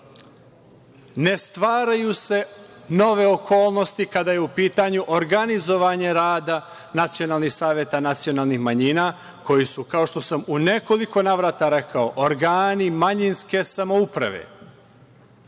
ne stvaraju se nove okolnosti kada je u pitanju organizovanje rada nacionalnih saveta nacionalnih manjina koji su, kao što sam u nekoliko navrata rekao, organi manjinske samouprave